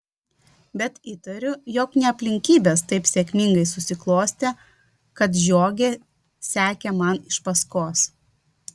bet įtariu jog ne aplinkybės taip sėkmingai susiklostė kad žiogė sekė man iš paskos